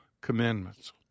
commandments